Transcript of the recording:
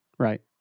Right